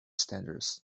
standards